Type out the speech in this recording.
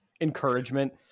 encouragement